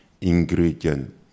ingredient